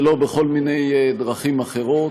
ולא בכל מיני דרכים אחרות,